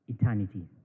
eternity